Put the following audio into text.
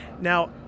Now